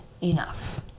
enough